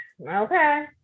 Okay